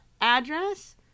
address